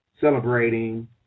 celebrating